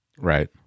right